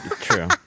True